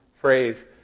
phrase